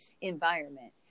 environment